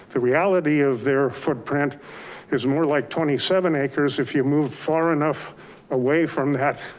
the reality of their footprint is more like twenty seven acres if you move far enough away from that